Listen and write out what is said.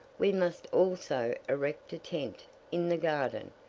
we must also erect a tent in the garden,